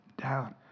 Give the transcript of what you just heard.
down